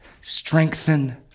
strengthen